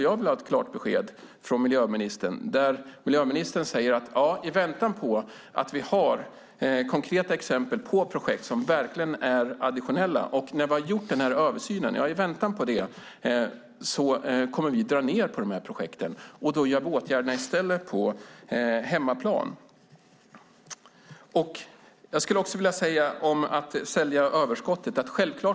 Jag vill ha ett klart besked från miljöministern där miljöministern säger: I väntan på att vi har konkreta exempel på projekt som verkligen är additionella och på översynen kommer vi att dra ned på projekten och i stället göra åtgärder på hemmaplan. Jag skulle vilja säga något om att sälja överskottet.